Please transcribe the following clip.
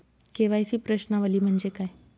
KYC प्रश्नावली म्हणजे काय?